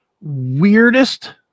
weirdest